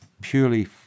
purely